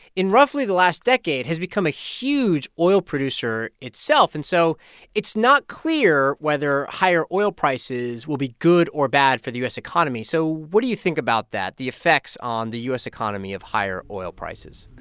in roughly the last decade has become a huge oil producer itself, and so it's not clear whether higher oil prices will be good or bad for the u s. economy. so what do you think about that the effects on the u s. economy of higher oil prices?